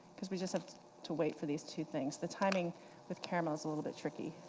cause we just have to wait for these two things. the timing with caramel is a little bit tricky.